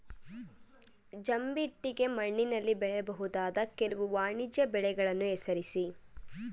ಜಂಬಿಟ್ಟಿಗೆ ಮಣ್ಣಿನಲ್ಲಿ ಬೆಳೆಯಬಹುದಾದ ಕೆಲವು ವಾಣಿಜ್ಯ ಬೆಳೆಗಳನ್ನು ಹೆಸರಿಸಿ?